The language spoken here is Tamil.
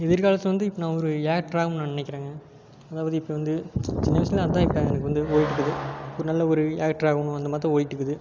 எதிர்காலத்தில் வந்து இப்போ நான் ஒரு ஆக்டராகும்னு நான் நினைக்கிறேங்க அதாவது இப்போ வந்து சின்ன வயசில் அதுதான் இப்போ எனக்கு வந்து ஓடிகிட்ருக்குது ஒரு நல்ல ஒரு ஆக்டர் ஆகணும் அந்த மாதிரி தான் ஓடிகிட்ருக்குது